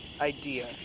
idea